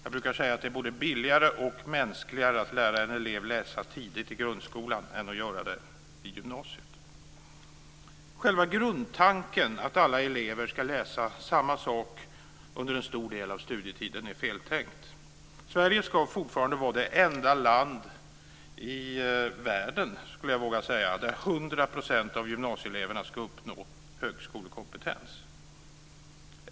Jag brukar säga att det är både billigare och mänskligare att lära en elev läsa tidigt i grundskolan än att göra det i gymnasiet. Själva grundtanken att alla elever ska läsa samma sak under en stor del av studietiden är feltänkt. Sverige lär fortfarande vara det enda land i världen - skulle jag våga säga - där 100 % av gymnasieleverna ska uppnå högskolekompetens.